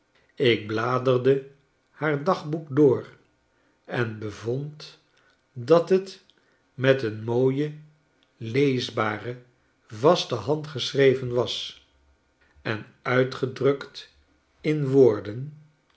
ik bladerde haar dagboek door en bevond dat het met een mooie leesbare vaste hand geschreven was en uitgedrukt in woorden